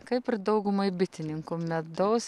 kaip ir daugumai bitininkų medaus